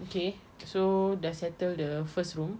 okay so dah settle the first [one]